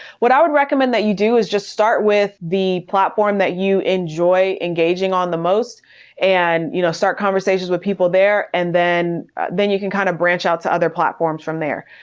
what i would recommend that you do is just start with the platform that you enjoy engaging on the most and you know start conversations with people there. and then then you can kind of branch out to other platforms from there.